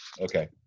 Okay